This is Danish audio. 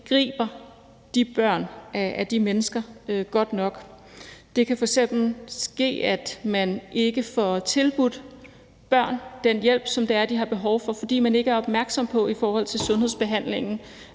griber de børn af de mennesker godt nok. Det kan f.eks. ske, at man ikke får tilbudt børn den hjælp, som de har behov for, fordi man i forhold til sundhedsbehandlingen